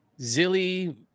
Zilly